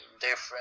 different